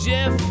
Jeff